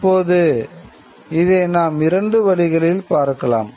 இப்போது இதை நாம் இரண்டு வழிகளில் பார்க்கலாம்